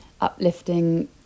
uplifting